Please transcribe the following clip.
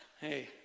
Hey